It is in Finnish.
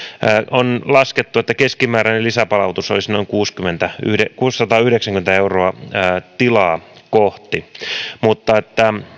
on laskettu että keskimääräinen lisäpalautus olisi noin kuusisataayhdeksänkymmentä euroa tilaa kohti mutta